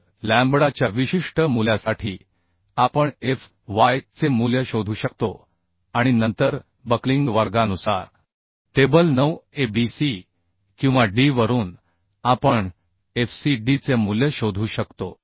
तर लॅम्बडाच्या विशिष्ट मूल्यासाठी आपण fy चे मूल्य शोधू शकतो आणि नंतर बक्लिंग वर्गानुसार टेबल 9 A B C किंवा डी वरून आपण एफ सी डीचे मूल्य शोधू शकतो